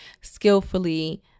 skillfully